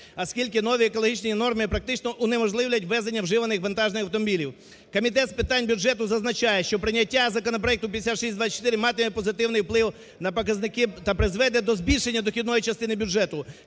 оскільки нові екологічні норми практично унеможливлять ввезення вживаних вантажних автомобілів. Комітет з питань бюджету зазначає, що прийняття законопроекту 5624 матиме позитивний вплив на показники та призведе до збільшення дохідної частини бюджету.